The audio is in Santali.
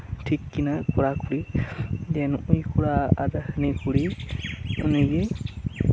ᱴᱷᱤᱠ ᱠᱤᱱᱟᱹ ᱠᱚᱲᱟ ᱠᱩᱲᱤ ᱱᱩᱜ ᱩᱭ ᱠᱚᱲᱟ ᱟᱨ ᱦᱟᱹᱱᱤ ᱠᱩᱲᱤ ᱩᱱᱤᱜᱮ